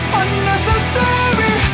unnecessary